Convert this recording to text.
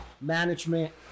management